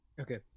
Okay